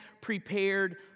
prepared